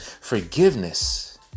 Forgiveness